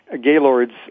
Gaylord's